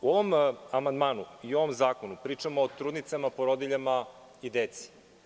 U ovom amandmanu i ovom zakonu pričamo o trudnicama, porodiljama i deci.